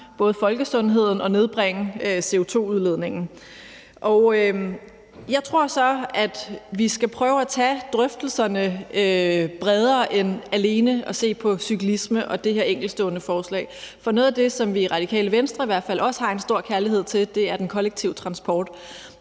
både folkesundheden og nedbringe CO2-udledningen. Jeg tror så, at vi skal prøve at tage drøftelserne bredere end alene at se på cyklisme og det her enkeltstående forslag, for noget af det, som vi i Radikale Venstre i hvert fald også har en stor kærlighed til, er den kollektive transport.